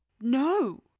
No